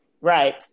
Right